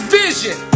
vision